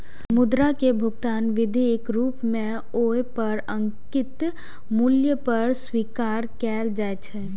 मुद्रा कें भुगतान विधिक रूप मे ओइ पर अंकित मूल्य पर स्वीकार कैल जाइ छै